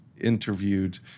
interviewed